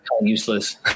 useless